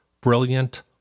brilliant